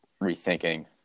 rethinking